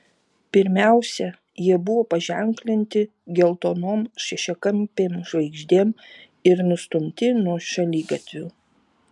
pirmiausia jie buvo paženklinti geltonom šešiakampėm žvaigždėm ir nustumti nuo šaligatvių